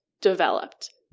developed